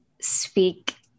speak